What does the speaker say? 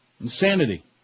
Insanity